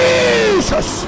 Jesus